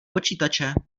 počítače